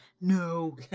No